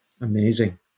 Amazing